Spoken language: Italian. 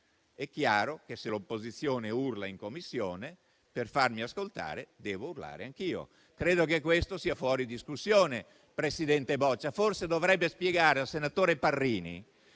È chiaro che, se l'opposizione urla in Commissione, per farmi ascoltare devo urlare anch'io. Credo che questo sia fuori discussione, presidente Boccia. Forse dovrebbe spiegare al senatore Parrini